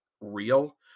real